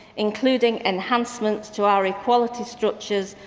including enhancement to our equality structures,